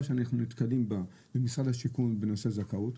שאנחנו נתקלים בה במשרד השיכון בנושא זכאות,